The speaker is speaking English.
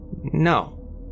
No